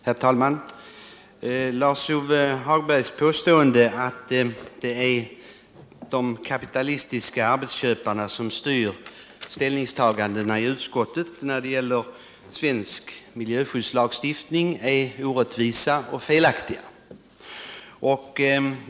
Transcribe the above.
Herr talman! Lars-Ove Hagbergs påstående att det är de kapitalistiska arbetsköparna som styr ställningstagandena i utskottet när det gäller svensk miljöskyddslagstiftning, är orättvist och felaktigt.